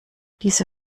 diese